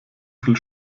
viel